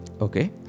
okay